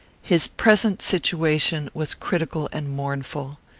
his present situation was critical and mournful.